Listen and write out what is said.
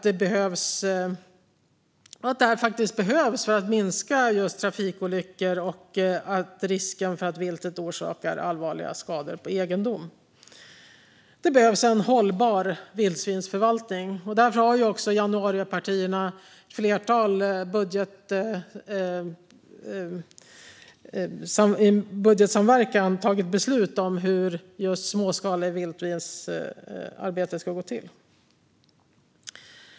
Det behövs faktiskt för att minska just trafikolyckor och risken för att viltet orsakar allvarliga skador på egendom. Det behövs en hållbar vildsvinsförvaltning. Där har januaripartierna i budgetsamverkan fattat beslut om hur det småskaliga vildsvinsarbetet ska gå till.